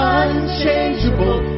unchangeable